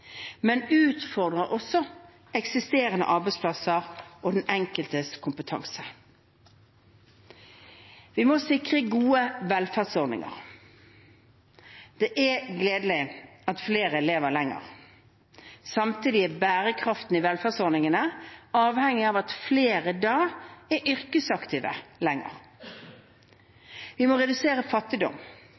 men utfordrer også eksisterende arbeidsplasser og den enkeltes kompetanse. Vi må sikre gode velferdsordninger. Det er gledelig at flere lever lenger. Samtidig er bærekraften i velferdsordningene avhengig av at flere da er yrkesaktive lenger. Vi må redusere fattigdom.